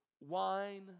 wine